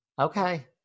Okay